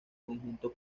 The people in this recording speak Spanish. conjunto